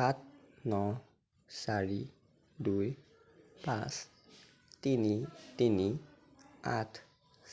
সাত ন চাৰি দুই পাঁচ তিনি তিনি আঠ